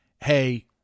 Hey